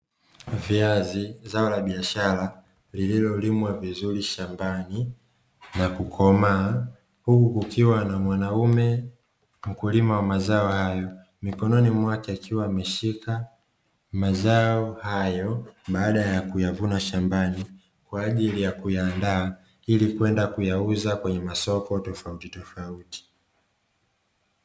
Viazi zao la biashara lililolimwa vizuri shambani na kukomaa, huku kukiwa na mwanaume mkulima wa mazao hayo mikononi mwake akiwa ameshika mazao hayo baada ya kuyavuna shambani kwaajili ya kuyaandaa ili kwenda kuyauza kwenye masoko tofauti tofauti.